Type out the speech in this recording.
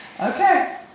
Okay